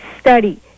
study